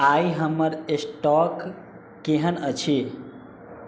आइ हमर स्टॉक केहन अछि